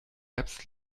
apps